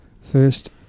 First